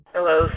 Hello